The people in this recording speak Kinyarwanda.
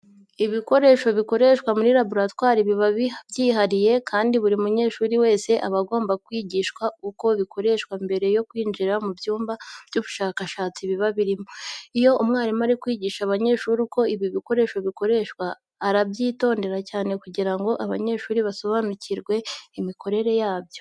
Ibikoresho bikoreshwa muri laboratwari biba byihariye kandi buri munyeshuri wese aba agomba kwigishwa uko bikoreshwa mbere yo kwinjira mu cyumba cy'ubushakashatsi biba birimo. Iyo umwarimu ari kwigisha abanyeshuri uko ibi bikoresho bikoreshwa, arabyitondera cyane kugira ngo abanyeshuri basobanukirwe imikorere yabyo.